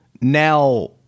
Now